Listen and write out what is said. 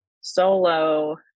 solo